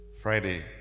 Friday